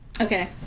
Okay